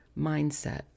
mindset